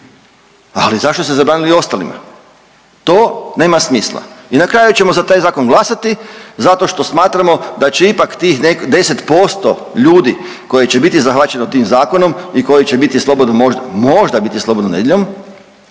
Ali zašto ste zabranili ostalima? To nema smisla. I na kraju ćemo za taj zakon glasati zato što smatramo da će ipak tih 10% ljudi koje će biti zahvaćeno tim zakonom i koji će biti slobodno možda